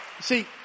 See